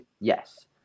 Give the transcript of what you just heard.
Yes